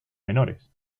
menores